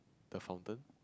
the fountain